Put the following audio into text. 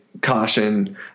caution